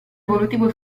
evolutivo